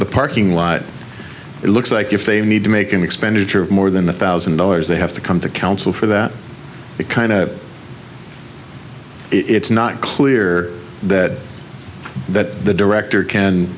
the parking lot it looks like if they need to make an expenditure of more than one thousand dollars they have to come to council for that kind of it's not clear that that the director can